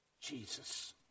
Jesus